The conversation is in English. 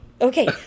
Okay